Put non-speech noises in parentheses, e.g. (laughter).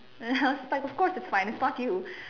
then I was like (laughs) but of course its fine it's not you